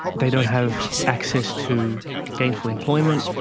they don't have access to gainful employment,